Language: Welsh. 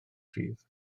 rhydd